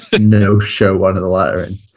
no-show-one-of-the-lettering